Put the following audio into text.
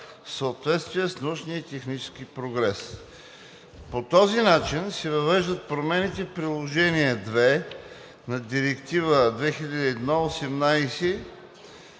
в съответствие с научния и техническия прогрес. По този начин се въвеждат промените в Приложение II на Директива 2001/18/ЕО